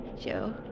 Joe